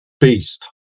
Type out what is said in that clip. beast